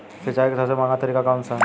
सिंचाई का सबसे महंगा तरीका कौन सा है?